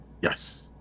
Yes